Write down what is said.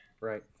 Right